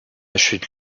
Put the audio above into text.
chute